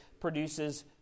produces